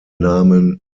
namen